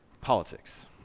politics